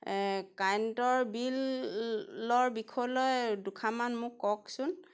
কাৰেণ্টৰ বিলৰ বিষয়লৈ দুষাৰমান মোক কওকচোন